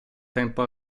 tempo